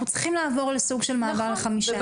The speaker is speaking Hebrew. אנחנו צריכים לעבור לחמישה ימים.